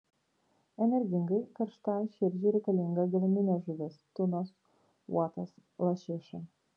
energingai karštai širdžiai reikalinga giluminė žuvis tunas uotas lašiša